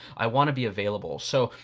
i wanna be available. so,